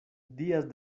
días